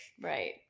Right